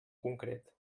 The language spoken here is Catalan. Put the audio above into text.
concret